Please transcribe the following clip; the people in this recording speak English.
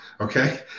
Okay